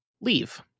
leave